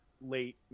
late